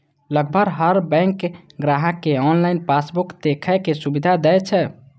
लगभग हर बैंक ग्राहक कें ऑनलाइन पासबुक देखै के सुविधा दै छै